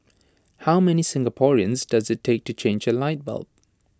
how many Singaporeans does IT take to change A light bulb